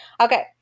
Okay